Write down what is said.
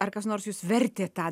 ar kas nors jus vertė tą